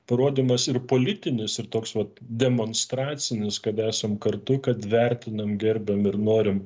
parodymas ir politinis ir toks vat demonstracinis kad esam kartu kad vertinam gerbiamir norim